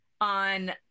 on